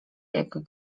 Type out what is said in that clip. jak